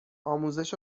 آموزش